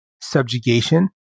subjugation